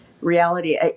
reality